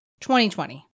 2020